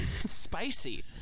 Spicy